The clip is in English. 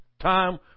time